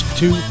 two